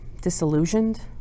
disillusioned